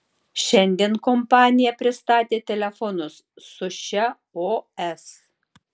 šiandien kompanija pristatė telefonus su šia os